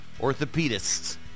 orthopedists